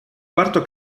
quarto